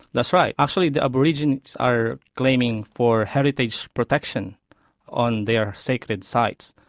that's right. actually the aborigines are claiming for heritage protection on their sacred site.